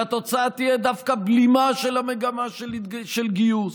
שהתוצאה תהיה דווקא בלימה של המגמה של גיוס,